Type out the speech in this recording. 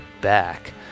back